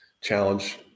challenge